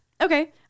Okay